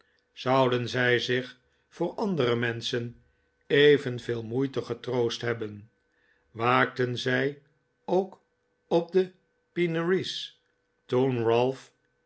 zouden zij zich voor andere menschen evenveel moeite getroost hebben waakten zij ook op de pineries toen